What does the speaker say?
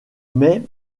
mais